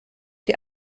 die